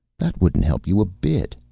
that wouldn't help you a bit,